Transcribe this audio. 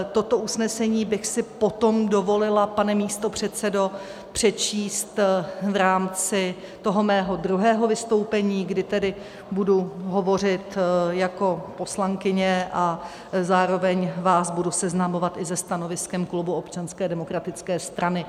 Toto usnesení bych si potom dovolila, pane místopředsedo, přečíst v rámci svého druhého vystoupení, kdy tedy budu hovořit jako poslankyně a zároveň vás budu seznamovat i se stanoviskem klubu Občanské demokratické strany.